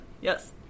Yes